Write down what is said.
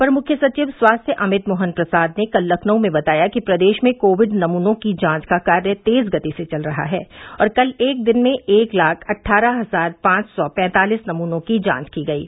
अपर मुख्य सचिव स्वास्थ्य अमित मोहन प्रसाद ने कल लखनऊ में बताया कि प्रदेश में कोविड नमूनों की जांच का कार्य तेज गति से चल रहा है और कल एक दिन में एक लाख अट्ठारह हजार पांच सौ पैंतालिस नमूनों की जांच की गयी